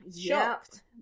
Shocked